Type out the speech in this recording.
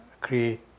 create